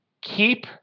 keep